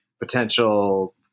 potential